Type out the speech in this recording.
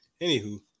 Anywho